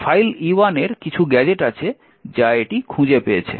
file e1 এর কিছু gadget আছে যা এটি খুঁজে পেয়েছে